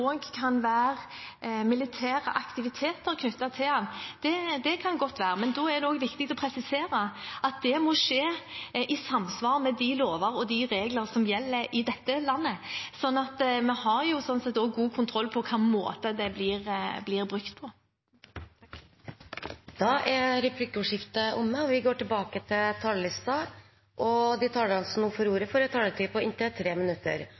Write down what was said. kan være militære aktiviteter knyttet til det, kan godt være. Men da er det også viktig å presisere at det må skje i samsvar med de lover og regler som gjelder i dette landet. Så vi har sånn sett også god kontroll på hvilken måte det blir brukt på. Replikkordskiftet er omme. De talerne som heretter får ordet, har en taletid på inntil 3 minutter.